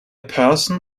person